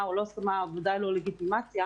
או לא הסכמה ובוודאי לא לגיטימציה.